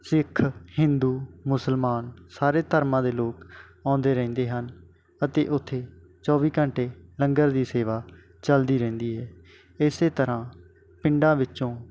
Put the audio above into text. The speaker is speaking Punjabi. ਸਿੱਖ ਹਿੰਦੂ ਮੁਸਲਮਾਨ ਸਾਰੇ ਧਰਮਾਂ ਦੇ ਲੋਕ ਆਉਂਦੇ ਰਹਿੰਦੇ ਹਨ ਅਤੇ ਉੱਥੇ ਚੌਵੀ ਘੰਟੇ ਲੰਗਰ ਦੀ ਸੇਵਾ ਚੱਲਦੀ ਰਹਿੰਦੀ ਹੈ ਇਸ ਤਰ੍ਹਾਂ ਪਿੰਡਾਂ ਵਿੱਚੋਂ